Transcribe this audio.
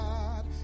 God